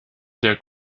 der